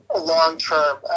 long-term